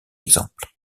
exemple